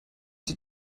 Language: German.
die